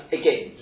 again